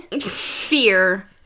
fear